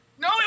No